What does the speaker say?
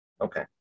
Okay